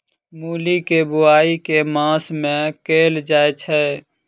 मूली केँ बोआई केँ मास मे कैल जाएँ छैय?